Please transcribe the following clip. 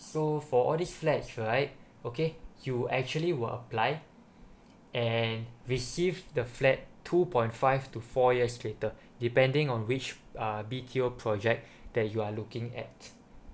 so for all these flats right okay you actually will apply and receive the flat two point five to four years later depending on which uh B_T_O project that you are looking at